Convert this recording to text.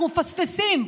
אנחנו מפספסים.